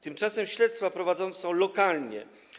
Tymczasem śledztwa prowadzone są lokalnie.